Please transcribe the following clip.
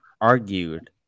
argued